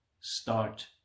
start